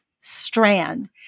Strand